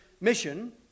mission